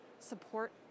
support